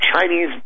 Chinese